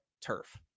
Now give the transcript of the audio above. turf